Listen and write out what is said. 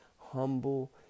humble